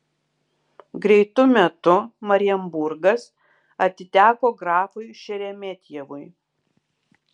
greitu metu marienburgas atiteko grafui šeremetjevui